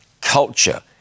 culture